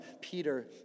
Peter